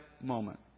moment